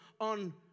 on